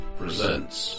presents